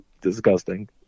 disgusting